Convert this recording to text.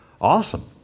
Awesome